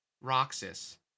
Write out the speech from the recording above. Roxas